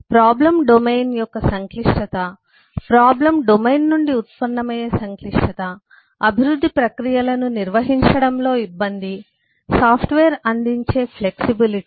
problem domain యొక్క సంక్లిష్టత problem domain నుండి ఉత్పన్నమయ్యే సంక్లిష్టత అభివృద్ధి ప్రక్రియలను నిర్వహించడంలో ఇబ్బంది సాఫ్ట్వేర్ అందించే వశ్యత